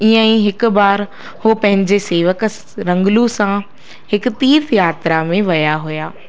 ईअं ई हिकु बार हो पंहिंजे सेवक रंगलू सां हिकु तीर्थ यात्रा में विया हुया